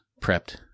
prepped